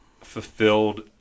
fulfilled